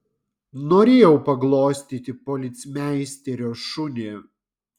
norėjau paglostyti policmeisterio šunį